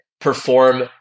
perform